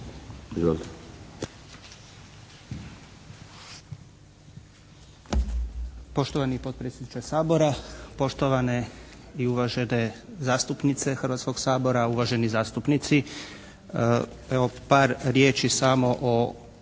Poštovani potpredsjedniče Sabora, poštovane i uvažene zastupnice Hrvatskog sabora, uvaženi zastupnici. Evo, samo par riječi samo o